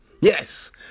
Yes